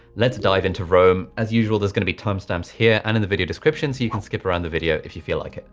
let's dive into roam as usual, there's gonna be timestamps here and in the video description. so you can skip around the video if you feel like it.